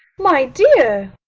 my dear!